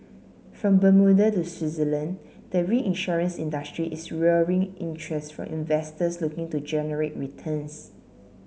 from Bermuda to Switzerland the reinsurance industry is luring interest from investors looking to generate returns